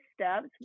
steps